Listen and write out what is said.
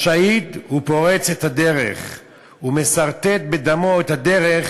השהיד פורץ את הדרך, הוא מסרטט בדמו את הדרך